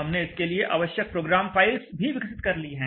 हमने इसके लिए आवश्यक प्रोग्राम फाइल्स भी विकसित कर ली हैं